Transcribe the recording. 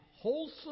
wholesome